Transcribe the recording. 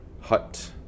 hut